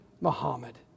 Muhammad